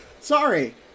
Sorry